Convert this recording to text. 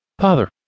Father